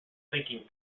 thinking